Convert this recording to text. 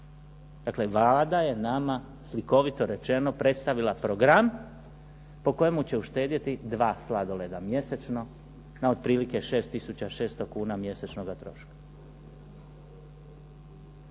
Dakle, Vlada je nama slikovito rečeno predstavila program po kojemu će uštedjeti 2 sladoleda mjesečno na otprilike 6 600 kuna mjesečnoga troška.